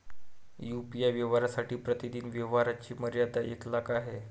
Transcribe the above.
UPI व्यवहारांसाठी प्रतिदिन व्यवहारांची मर्यादा एक लाख आहे